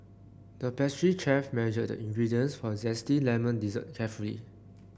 the pastry chef measured ingredients for a zesty lemon dessert carefully